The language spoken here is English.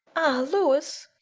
ah, louis!